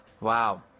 Wow